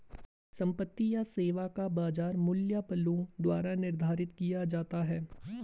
संपत्ति या सेवा का बाजार मूल्य बलों द्वारा निर्धारित किया जाता है